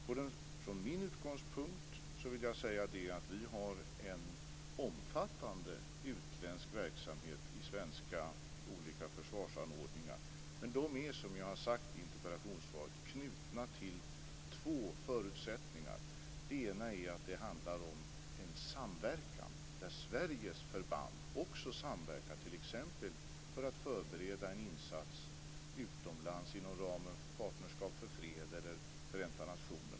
Från min utgångspunkt vill jag säga att vi har en omfattade utländsk verksamhet i olika svenska försvarsanordningar. Men de är som jag har sagt i interpellationssvaret knutna till två förutsättningar. Den ena är att det handlar om en samverkan där Sveriges förband också samverkar t.ex. för att förbereda en insats utomlands inom ramen för Partnerskap för fred eller Förenta Nationerna.